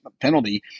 penalty